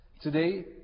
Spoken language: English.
Today